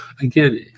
again